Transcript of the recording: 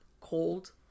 cold